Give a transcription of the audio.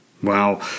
Wow